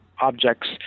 objects